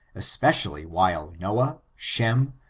especially while noah, shem,